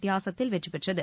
வித்தியாசத்தில் வெற்றி பெற்றது